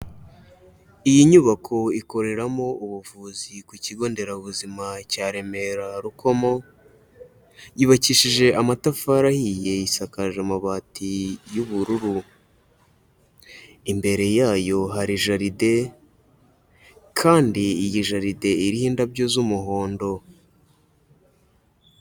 Iyi nyubako ikoreramo ubuvuzi ku kigo nderabuzima cya Remera Rukomo, yubakishije amatafari ahiye, isakaje amabati y'ubururu. Imbere yayo hari jaride kandi iyi jaride iriho indabyo z'umuhondo.